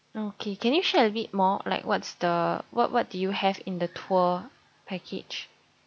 okay can you share a bit more like what's the what what do you have in the tour package